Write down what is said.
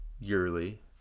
yearly